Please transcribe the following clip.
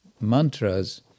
mantras